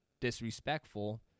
disrespectful